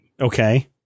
Okay